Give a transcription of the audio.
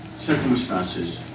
Circumstances